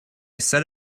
said